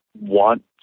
want